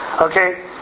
Okay